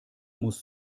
muss